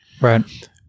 right